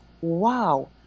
wow